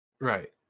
right